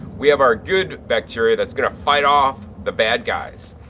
we have our good bacteria that's going to fight off the bad guys.